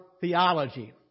theology